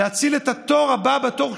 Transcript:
להציל את הבא בתור,